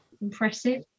impressive